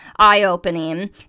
eye-opening